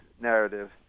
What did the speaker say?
narrative